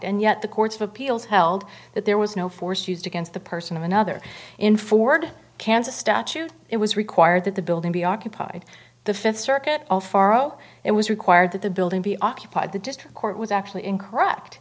and yet the courts of appeals held that there was no force used against the person of another in ford kansas statute it was required that the building be occupied the fifth circuit pharo it was required that the building be occupied the district court was actually incorrect